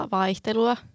vaihtelua